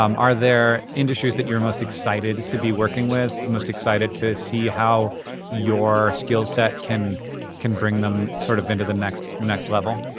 um are there industries that you're most excited to be working with? the most excited to see how your skillset can can bring them sort of into the next the next level?